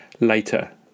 later